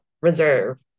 reserve